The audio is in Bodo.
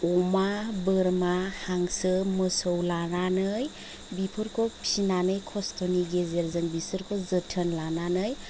अमा बोरमा हांसो मोसौ लानानै बिफोरखौ फिनानै खस्थ'नि गेजेरजों बिसोरखौ जोथोन लानानै